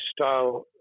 style